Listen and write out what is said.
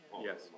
Yes